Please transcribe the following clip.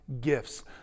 gifts